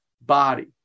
body